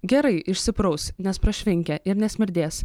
gerai išsipraus nes prašvinkę ir nesmirdės